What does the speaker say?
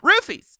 roofies